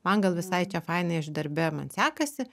man gal visai čia fainai aš darbe man sekasi